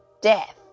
death